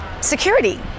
security